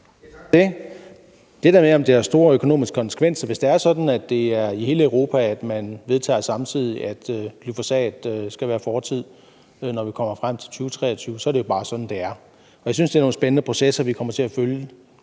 det der med, om det har store økonomiske konsekvenser, vil jeg sige, at hvis det er sådan, at man i hele Europa vedtager samtidig, at glyfosat skal være fortid, når vi kommer frem til 2023, så er det jo bare sådan, det er. Jeg synes, det er nogle spændende processer, vi kommer til at følge